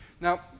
Now